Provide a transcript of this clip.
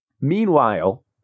Meanwhile